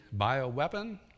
bioweapon